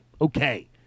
okay